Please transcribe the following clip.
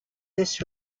this